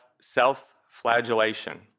self-flagellation